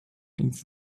its